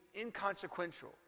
inconsequential